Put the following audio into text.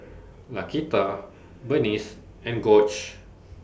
Laquita Burnice and Gorge